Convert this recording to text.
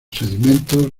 sedimentos